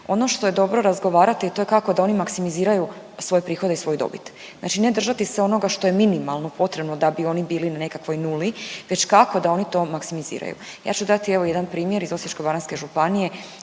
Ono što je dobro razgovarati je to kako da oni maksimiziraju svoje prihode i svoju dobit. Znači ne držati se onoga što je minimalno potrebno da bi oni bili u nekakvoj nuli već kako da oni to maksimiziraju. Ja ću dati evo jedan primjer iz Osječko-baranjske županije,